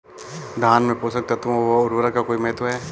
धान में पोषक तत्वों व उर्वरक का कोई महत्व है?